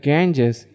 Ganges